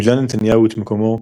מילא נתניהו את מקומו,